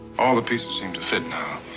all the pieces seem to fit now.